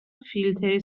فیلتر